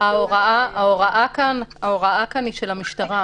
ההוראה כאן היא כן של המשטרה.